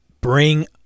bring